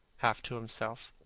half to himself,